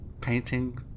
painting